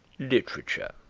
literature,